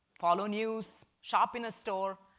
follow news, shop in a store,